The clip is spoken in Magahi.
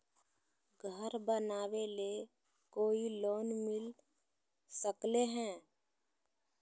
घर बनावे ले कोई लोनमिल सकले है?